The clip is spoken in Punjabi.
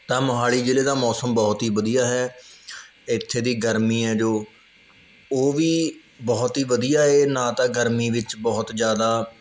ਤਾਂ ਮੋਹਾਲੀ ਜ਼ਿਲ੍ਹੇ ਦਾ ਮੌਸਮ ਬਹੁਤ ਹੀ ਵਧੀਆ ਹੈ ਇੱਥੇ ਦੀ ਗਰਮੀ ਹੈ ਜੋ ਉਹ ਵੀ ਬਹੁਤ ਹੀ ਵਧੀਆ ਹੈ ਨਾ ਤਾਂ ਗਰਮੀ ਵਿੱਚ ਬਹੁਤ ਜ਼ਿਆਦਾ